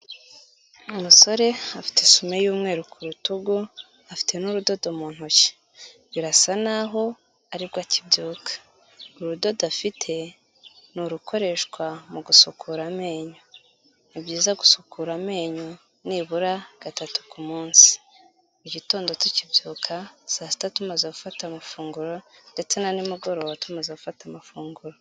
Umusore afite isume y'umweru ku rutugu afite n'urudodo mu ntoki. Birasa naho ari bwo akibyuka. Urudodo afite ni urukoreshwa mu gusukura amenyo. Ni byiza gusukura amenyo nibura gatatu ku munsi mu gitondo tukibyuka, saa sita tumaze gufata amafunguro, ndetse na nimugoroba tumaze gufata amafunguro.